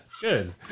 Good